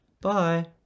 Bye